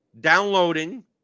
downloading